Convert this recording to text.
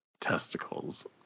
testicles